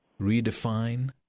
redefine